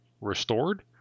restored